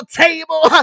table